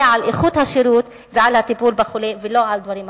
על איכות השירות ועל הטיפול בחולה ולא על דברים אחרים.